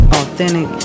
authentic